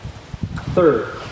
Third